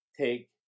take